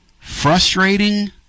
frustrating